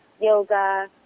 yoga